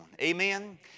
Amen